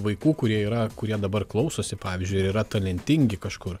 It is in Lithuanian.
vaikų kurie yra kurie dabar klausosi pavyzdžiui ir yra talentingi kažkur